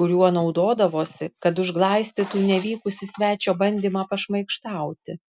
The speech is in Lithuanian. kuriuo naudodavosi kad užglaistytų nevykusį svečio bandymą pašmaikštauti